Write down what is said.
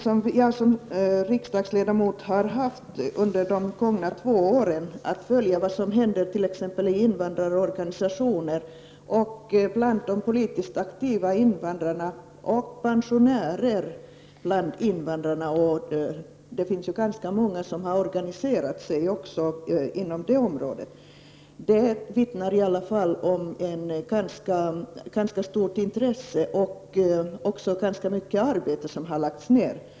Som riksdagsledamot har jag under de gångna två åren haft möjlighet att följa vad som händer inom t.ex. invandrarörganisationerna, bland de politiskt aktiva invandrarna och bland invandrarpensionärerna. Det finns ganska många även bland pensionärerna som har organiserat sig. Detta vittnar om ett ganska stort intresse från deras sida. Det vittnar även om att ganska mycket arbete har lagts ned.